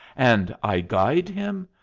and i guyed him!